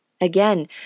Again